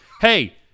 hey